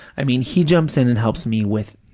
i mean, he jumps in and helps me with